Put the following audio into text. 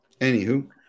Anywho